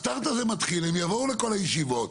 הסטארט הזה מתחיל, הם יבואו לכל הישיבות.